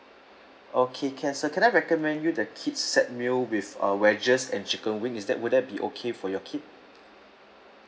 okay can sir can I recommend you the kids set meal with uh wedges and chicken wing is that would that be okay for your kid